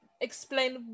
explain